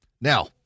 Now